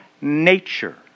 nature